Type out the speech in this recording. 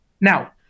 Now